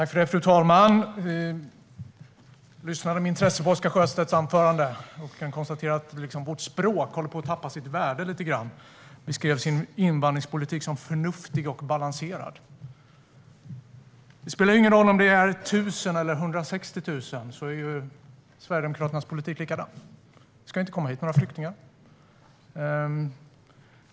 Fru talman! Jag lyssnade med intresse på Oscar Sjöstedts anförande och kan konstatera att vårt språk håller på att tappa sitt värde. Han beskrev sin invandringspolitik som förnuftig och balanserad. Det spelar ingen roll om det är 1 000 eller 160 000 - Sverigedemokraternas politik är ändå likadan: Det ska inte komma hit några flyktingar.